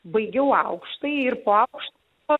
baigiau aukštąjį ir puošti o